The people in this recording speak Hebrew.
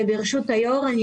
ברשות היושב ראש,